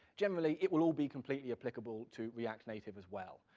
generally, it will all be completely applicable to react native as well.